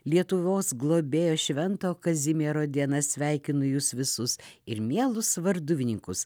lietuvos globėjo švento kazimiero diena sveikinu jus visus ir mielus varduvininkus